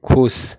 खुश